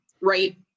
right